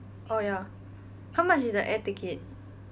oh ya how much is the air ticket